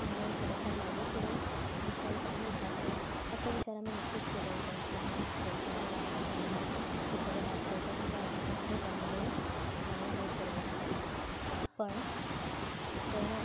म्हणून थोडासा मागे पुढे विचार चालू होता पण असा विचार आम्ही नक्कीच केला होता की हा व्यवसाय आम्ही लावायचा म्हणून एखाद्या नाश्त्याचा सुद्धा असू शकतो का म्हणजे आणि हे सर्व पण पण